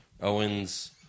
Owens